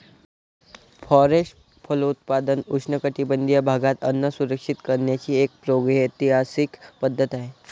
forest फलोत्पादन उष्णकटिबंधीय भागात अन्न सुरक्षित करण्याची एक प्रागैतिहासिक पद्धत आहे